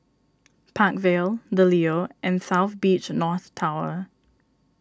Park Vale the Leo and South Beach North Tower